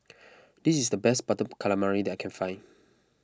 this is the best Butter Calamari that I can find